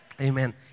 Amen